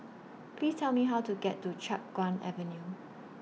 Please Tell Me How to get to Chiap Guan Avenue